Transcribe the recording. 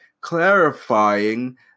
clarifying